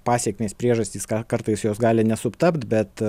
pasekmės priežastys ką kartais jos gali nesutapt bet